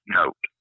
note